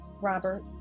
Robert